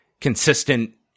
consistent